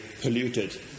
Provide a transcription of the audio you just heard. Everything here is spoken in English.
polluted